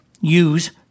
use